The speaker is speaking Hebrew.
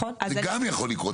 גם זה יכול לקרות.